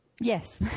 Yes